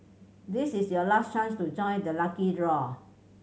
this is your last chance to join the lucky draw